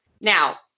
now